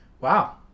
Wow